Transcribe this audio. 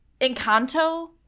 Encanto